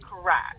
Correct